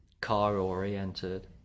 car-oriented